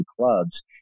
clubs